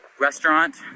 restaurant